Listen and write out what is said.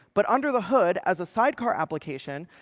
but under the hood, as a sidecar application,